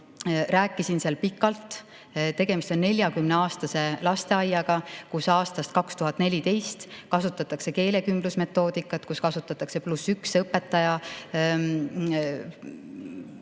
rääkisin seal pikalt. Tegemist on 40 aastat [tegutsenud] lasteaiaga, kus aastast 2014 kasutatakse keelekümblusmetoodikat, kus kasutatakse +1 õpetajaid,